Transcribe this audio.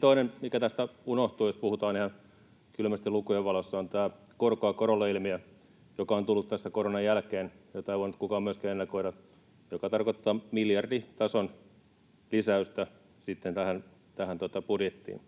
toinen, mikä tästä unohtuu, jos puhutaan ihan kylmästi lukujen valossa, on tämä korkoa korolle ‑ilmiö, joka on tullut tässä koronan jälkeen, jota ei voinut kukaan myöskään ennakoida ja joka tarkoittaa miljarditason lisäystä sitten tähän budjettiin